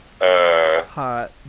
hot